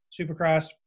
supercross